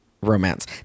Romance